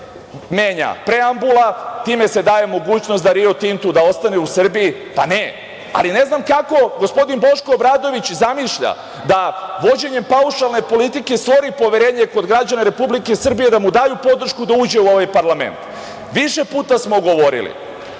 menja preambula, time se daje mogućnost „Rio Tintu“ da ostane u Srbiji. Pa, ne. Ne znam kako gospodin Boško Obradović zamišlja da vođenjem paušalne politike stvori poverenje kod građana Republike Srbije da mu daju podršku da uđe u ovaj parlament. Više puta smo govorili